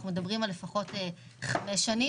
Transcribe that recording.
אנחנו מדברים על לפחות 5 שנים.